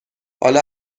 حالا